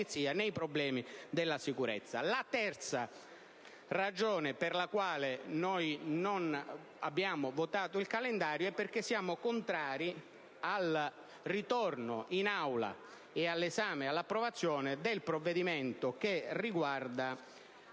La terza ragione per la quale noi non abbiamo votato il calendario è perché siamo contrari al ritorno in Aula - quindi all'esame e all'approvazione - del provvedimento che riguarda